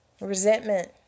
Resentment